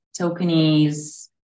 tokenies